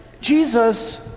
Jesus